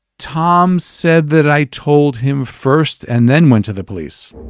tom said that i told him first and then went to the police.